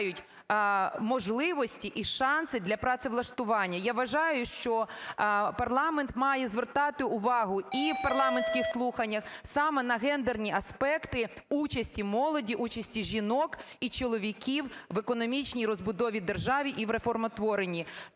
втрачають можливості і шанси для працевлаштування. Я вважаю, що парламент має звертати увагу і в парламентських слуханнях саме на гендерні аспекти участі молоді, участі жінок і чоловіків в економічній розбудові держави і в реформотворенні.